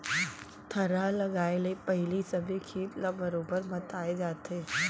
थरहा लगाए ले पहिली सबे खेत ल बरोबर मताए जाथे